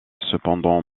cependant